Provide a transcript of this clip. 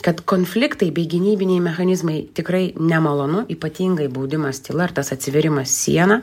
kad konfliktai bei gynybiniai mechanizmai tikrai nemalonu ypatingai baudimas tyla ar tas atsivėrimas siena